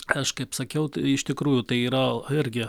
aš kaip sakiau iš tikrųjų tai yra irgi